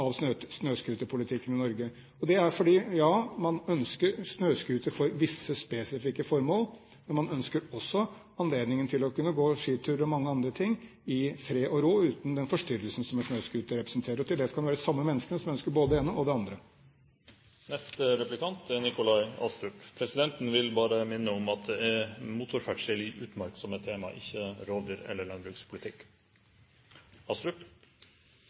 av snøscooterpolitikken i Norge. Man ønsker snøscooter for visse spesifikke formål, og man ønsker også å ha anledning til å kunne gå på skitur og gjøre andre ting i fred og ro uten den forstyrrelsen som en snøscooter representerer. Og det skal være de samme menneskene som ønsker både det ene og det andre. Presidenten vil bare minne om at det er motorferdsel i utmark som er temaet, ikke rovdyr- eller landbrukspolitikk.